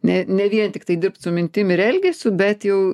ne ne vien tiktai dirbt su mintim ir elgesiu bet jau